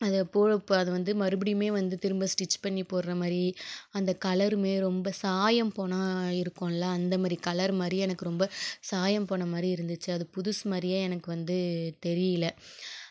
அதை போட இப்போ அதை வந்து மறுபடியுமே வந்து திரும்ப ஸ்டிச் பண்ணி போடுகிற மாதிரி அந்த கலருமே ரொம்ப சாயம் போனால் இருக்குமில்ல அந்தமாதிரி கலரு மாதிரியே எனக்கு ரொம்ப சாயம் போன மாதிரி இருந்துச்சு அது புதுசு மாதிரியே எனக்கு வந்து தெரியல